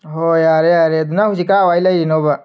ꯑꯍꯣꯏ ꯌꯥꯔꯦ ꯌꯥꯔꯦ ꯅꯪ ꯍꯧꯖꯤꯛ ꯀꯗꯥꯏꯋꯥꯏꯗ ꯂꯩꯔꯤꯅꯣꯕ